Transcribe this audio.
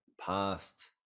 past